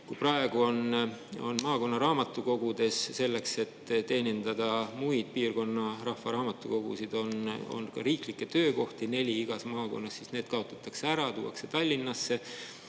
kui praegu on maakonnaraamatukogudes, selleks, et teenindada muid piirkonna rahvaraamatukogusid, on olnud riiklikke töökohti neli igas maakonnas, siis need kaotatakse ära, tuuakse Tallinnasse.